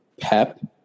Pep